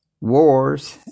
wars